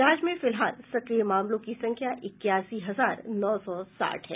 राज्य में फिलहाल सक्रिय मामलों की संख्या इक्यासी हजार नौ सौ साठ है